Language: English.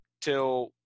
till